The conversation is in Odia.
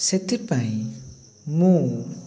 ସେଥିପାଇଁ ମୁଁ